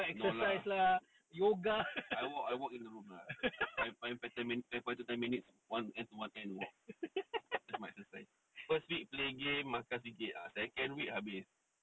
no lah I walk I walk in the room lah five five ten five to ten minutes one end to one end walk that's my exercise first week play game makan sikit ah second week habis